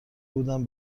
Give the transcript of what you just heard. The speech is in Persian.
بودم